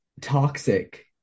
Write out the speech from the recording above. toxic